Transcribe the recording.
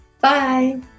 Bye